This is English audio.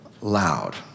loud